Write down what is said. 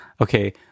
Okay